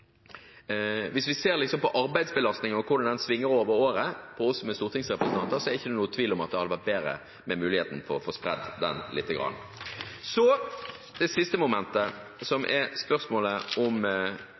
Hvis vi ser på arbeidsbelastningen og hvordan den svinger gjennom året for oss som er stortingsrepresentanter, er det ikke noen tvil om at det hadde vært bedre å få spredd den lite grann. Så til det siste momentet,